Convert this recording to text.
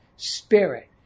Spirit